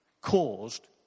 caused